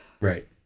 Right